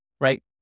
right